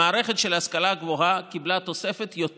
המערכת של ההשכלה הגבוהה קיבלה תוספת של